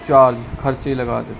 charge ਖਰਚੇ ਲਗਾ ਦਿੱਤੇ